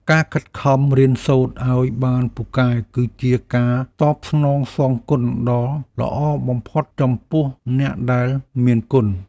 ការខិតខំរៀនសូត្រឱ្យបានពូកែ គឺជាការតបស្នងសងគុណដ៏ល្អបំផុតចំពោះអ្នកដែលមានគុណ។